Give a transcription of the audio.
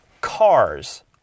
cars